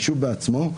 היישוב בעצמו,